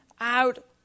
out